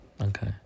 Okay